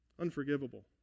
unforgivable